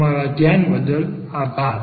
તમારું ધ્યાન બદલ આભાર